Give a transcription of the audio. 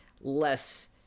less